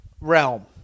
realm